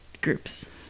groups